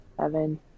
seven